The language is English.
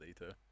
later